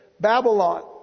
Babylon